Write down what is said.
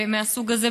מהסוג הזה,